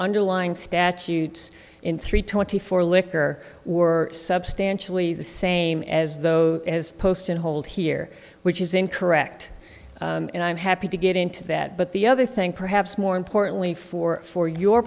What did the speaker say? underlying statutes in three twenty four liquor were substantially the same as those as posted hold here which is incorrect and i'm happy to get into that but the other thing perhaps more importantly for for your